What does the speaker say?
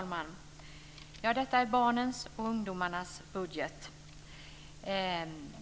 Fru talman! Detta är barnens och ungdomarnas budget.